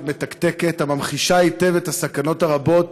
מתקתקת הממחישה היטב את הסכנות הרבות